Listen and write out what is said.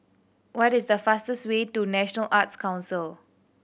what is the fastest way to National Arts Council